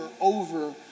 over